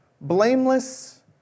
blameless